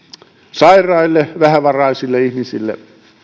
sairaille vähävaraisille ihmisille